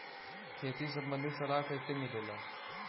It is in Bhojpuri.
खेती संबंधित सलाह कैसे मिलेला?